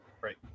right